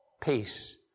peace